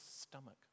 stomach